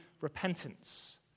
repentance